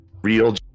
Real